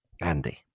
Andy